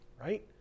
right